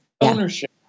ownership